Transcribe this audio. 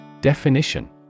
Definition